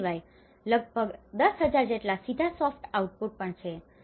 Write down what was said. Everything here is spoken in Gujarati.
આ સિવાય લગભગ 10000 જેટલા સીધા સોફ્ટ આઉટપુટ પણ છે